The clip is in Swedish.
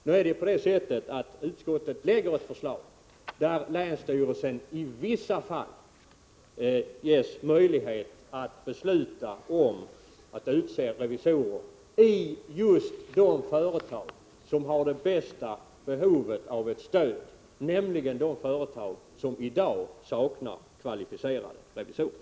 Nu är det på det sättet att utskottet lägger fram ett förslag, där länsstyrelserna i vissa fall ges möjlighet att besluta att utse revisorer i just de företag som har det största behovet av ett stöd, nämligen de företag som i dag saknar kvalificerade revisorer.